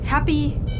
Happy